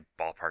ballpark